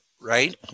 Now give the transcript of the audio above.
right